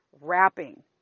wrapping